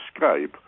Skype